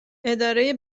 اداره